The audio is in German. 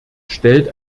stellt